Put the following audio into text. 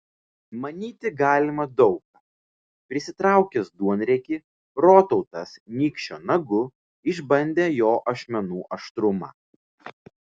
manyti galima daug ką prisitraukęs duonriekį rotautas nykščio nagu išbandė jo ašmenų aštrumą